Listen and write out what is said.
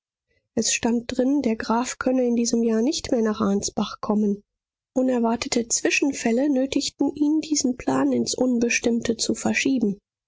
es stand drin der graf könne in diesem jahr nicht mehr nach ansbach kommen unerwartete zwischenfälle nötigten ihn diesen plan ins unbestimmte zu verschieben